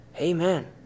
Amen